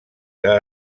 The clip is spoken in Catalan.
que